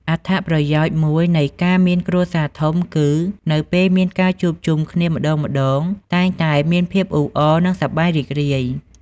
អត្តប្រយោជន៍មួយនៃការមានគ្រួសារធំគឺ នៅពេលមានការជួបជុំគ្នាម្ដងៗ តែងតែមានភាពអ៊ូអរ និងសប្បាយរីករាយ។